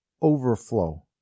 overflow